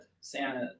Santa